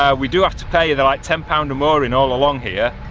and we do have to pay, they're like ten pounds a mooring all along here.